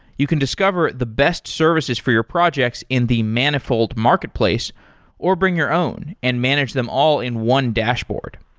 you can discover the best services for your projects in the manifold marketplace or bring your own and manage them all in one dashboard.